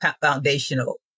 foundational